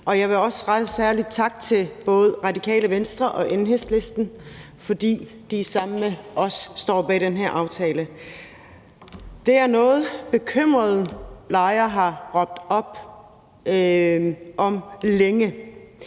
og jeg vil også rejse en særlig tak til både Radikale Venstre og Enhedslisten, fordi de sammen med os står bag den her aftale. Det er noget, bekymrede lejere har råbt op om længe.